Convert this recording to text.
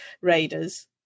raiders